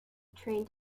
trained